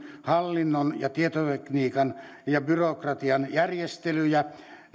hallinnon ja tietotekniikan ja byrokratian järjestelyjä